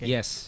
Yes